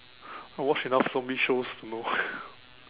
I watch enough zombie shows to know